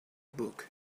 book